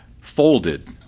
folded